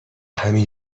همین